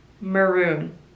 maroon